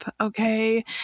okay